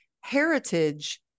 heritage